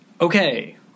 Okay